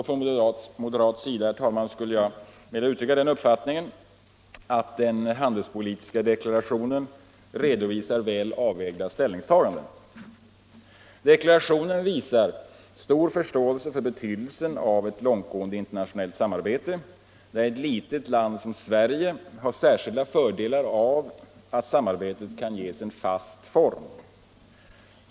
Från moderat sida, herr talman, vill jag uttrycka den uppfattningen att den handelspolitiska deklarationen innehåller väl avvägda ställningstaganden. Deklarationen visar stor förståelse för betydelsen av ett långtgående internationellt samarbete, där ett litet land som Sverige har särskilda fördelar av att samarbetet kan ges en fast form.